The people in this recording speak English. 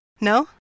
No